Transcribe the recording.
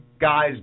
guys